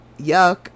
yuck